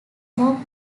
more